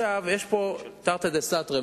יש פה תרתי דסתרי,